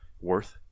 worth